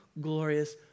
glorious